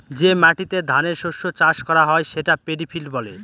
যে মাটিতে ধানের শস্য চাষ করা হয় সেটা পেডি ফিল্ড বলে